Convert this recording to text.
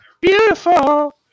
beautiful